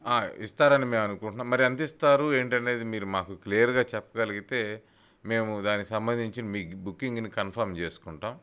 ఇస్తారని మేం అనుకుంట్నాం మరి ఎంతిస్తారు ఏంటనేది మీరు మాకు క్లియర్గా చెప్పగలిగితే మేము దానికి సంబంధించిన మీకు బుకింగ్ని కన్ఫామ్ చేసుకుంటాం